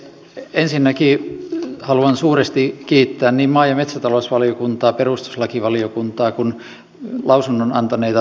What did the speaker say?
ensinnäkin haluan suuresti kiittää niin maa ja metsätalousvaliokuntaa perustuslakivaliokuntaa kuin lausunnon antaneita ympäristö ja talousvaliokuntaa tästä työstä